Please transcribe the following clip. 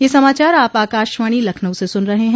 ब्रे क यह समाचार आप आकाशवाणी लखनऊ से सुन रहे हैं